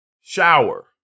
shower